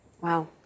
Wow